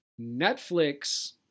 Netflix